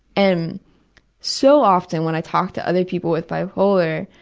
and so often when i talk to other people with bipolar,